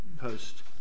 post